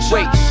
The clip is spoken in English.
Wait